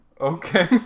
Okay